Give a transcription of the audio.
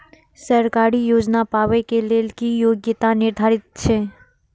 सरकारी योजना पाबे के लेल कि योग्यता निर्धारित छै?